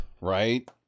Right